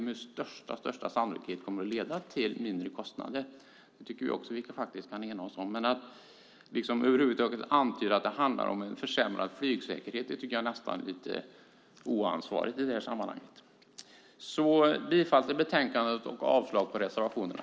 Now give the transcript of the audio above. Med största sannolikhet kommer det att leda till mindre kostnader. Det tycker jag också att vi faktiskt kan enas om. Att över huvud taget antyda att det handlar om en försämrad flygsäkerhet tycker jag alltså är nästan lite oansvarigt i detta sammanhang. Jag yrkar bifall till förslaget i betänkandet och avslag på reservationerna.